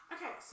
Okay